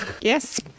Yes